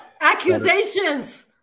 Accusations